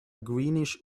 greenish